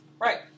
Right